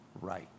right